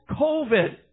COVID